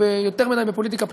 יותר מדי בפוליטיקה פנימית.